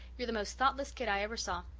you're the most thoughtless kid i ever saw.